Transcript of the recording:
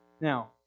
Now